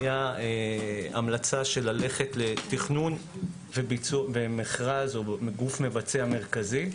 הייתה המלצה ללכת לתכנון ולגוף מבצע מרכזי.